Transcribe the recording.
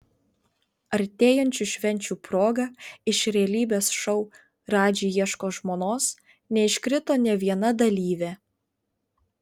artėjančių švenčių proga iš realybės šou radži ieško žmonos neiškrito nė viena dalyvė